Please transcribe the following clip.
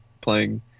playing